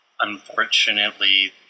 Unfortunately